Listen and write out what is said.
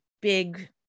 big